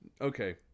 okay